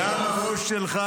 -- גם הראש שלך